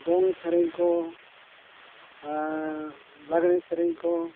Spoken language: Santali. ᱫᱚᱝ ᱥᱮᱨᱮᱧ ᱠᱚ ᱟᱨ ᱞᱟᱜᱽᱬᱮ ᱥᱮᱨᱮᱧ ᱠᱚ